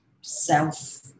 self